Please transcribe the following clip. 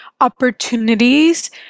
opportunities